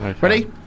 Ready